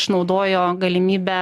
išnaudojo galimybę